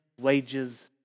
wages